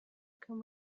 can